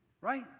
right